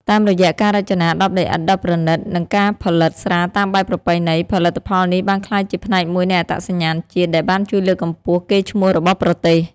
តាមរយៈការរចនាដបដីឥដ្ឋដ៏ប្រណិត និងការផលិតស្រាតាមបែបប្រពៃណី ផលិតផលនេះបានក្លាយជាផ្នែកមួយនៃអត្តសញ្ញាណជាតិ ដែលបានជួយលើកកម្ពស់កេរ្តិ៍ឈ្មោះរបស់ប្រទេស។